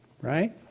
right